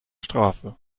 strafe